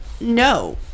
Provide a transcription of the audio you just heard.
no